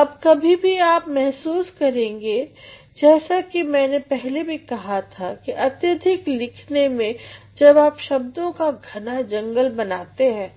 अब कभी आप महसूस करेंगे जैसा कि मैंने पहले भी कहा था कि अत्यधिक लिखने में जब आप शब्दों का घना जंगल बनाते हैं